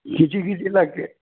किती किती लागतील